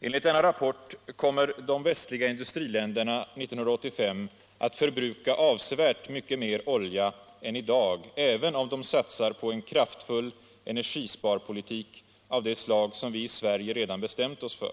Enligt denna rapport kommer de västliga industriländerna 1985 att förbruka avsevärt mycket mer olja än i dag även om de satsar på en kraftfull energisparpolitik av det slag som vi i Sverige redan bestämt oss för.